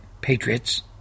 patriots